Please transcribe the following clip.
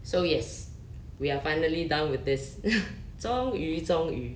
so yes we are finally done with this 终于终于